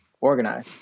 organize